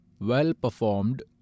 well-performed